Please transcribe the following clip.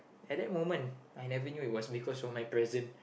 at that moment I never knew it was because of my present